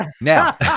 now